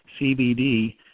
CBD